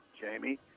Jamie